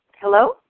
Hello